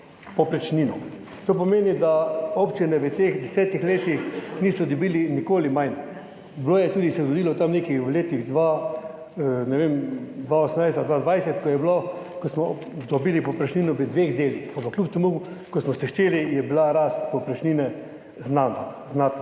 To pomeni, da občine v teh desetih letih niso dobile nikoli manj. Se je zgodilo tam nekje v letih 2018 ali 2020, ko smo dobili povprečnino v dveh delih, ampak kljub temu, ko smo sešteli, je bila rast povprečnine znatna.